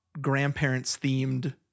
grandparents-themed